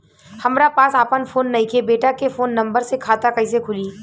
हमरा पास आपन फोन नईखे बेटा के फोन नंबर से खाता कइसे खुली?